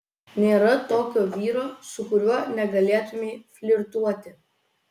nėra tokio vyro su kuriuo negalėtumei flirtuoti